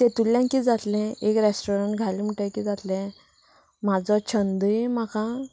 तेतूंतल्यान कितें जातलें एक रेस्टोरेंट घालें म्हणटकर कितें जातलें म्हाजो छंदूय म्हाका